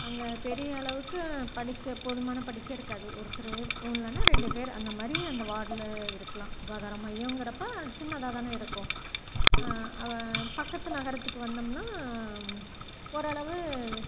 அங்கே பெரிய அளவுக்கு படிக்க போதுமான படிக்க இருக்காது ஒருத்தர் இல்லைனா ரெண்டு பேர் அந்த மாதிரி அந்த வார்ட்டில் இருக்கலாம் சுகாதார மையங்கிறப்ப சின்னதாக தானே இருக்கும் அவன் பக்கத்து நகரத்துக்கு வந்தோம்னால் ஓரளவு